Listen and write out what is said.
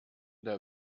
der